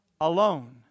alone